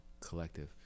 collective